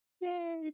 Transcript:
Yay